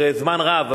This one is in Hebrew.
אחרי זמן רב,